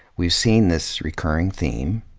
we've seen this recurring theme,